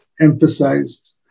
emphasized